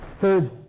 Third